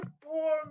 poor